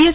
S